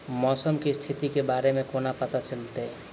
मौसम केँ स्थिति केँ बारे मे कोना पत्ता चलितै?